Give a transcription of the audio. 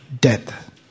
death